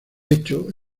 hecho